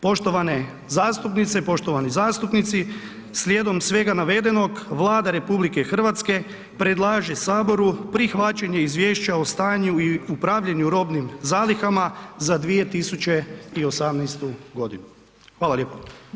Poštovane zastupnice, poštovani zastupnici, slijedom svega navedenog, Vlada RH predlaže Saboru prihvaćanje izvješća o stanju i upravljanju robnim zalihama za 2018. godinu, hvala lijepo.